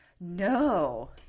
No